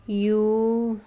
U